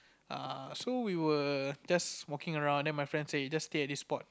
err so we were just walking around then my friend say you just stay at this spot